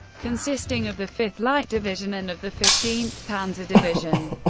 consisting of the fifth light division and of the fifteenth panzer division.